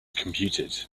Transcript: computed